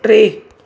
टे